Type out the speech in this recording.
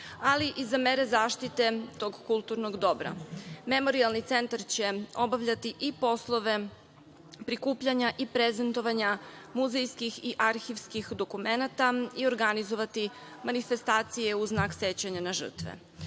ali i za mere zaštite tog kulturnog dobra. Memorijalni centar će obavljati i poslove prikupljanja i prezentovanja muzejskih i arhivskih dokumenata i organizovati manifestacije u znak sećanja na žrtve.